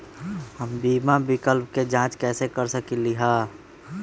हम बीमा विकल्प के जाँच कैसे कर सकली ह?